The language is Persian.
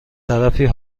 طرفی